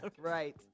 Right